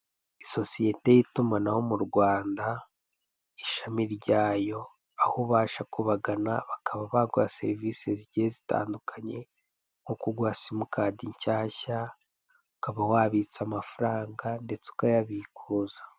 Sosiyete ya itumanaho mu Rwanda, ishami ryayo aho ubasha kubagana bakaba baguha serivise zigiye zitandukanye, nko kuguha simukadi nshyashya, ukaba wabitsa amafaranga ndetse ukayabikuza.